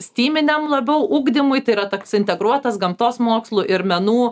styminiam labiau ugdymui tai yra toks integruotas gamtos mokslų ir menų